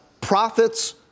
profits